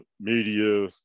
media